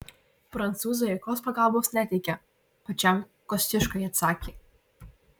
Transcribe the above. prancūzai jokios pagalbos neteikia pačiam kosciuškai atsakė